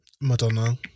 Madonna